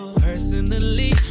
personally